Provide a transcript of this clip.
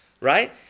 right